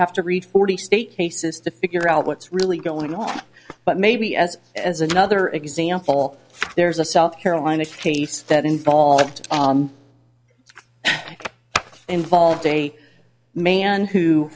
have to read forty state cases to figure out what's really going on but maybe as as another example there's a south carolina case that involved involved a man who